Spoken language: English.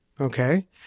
Okay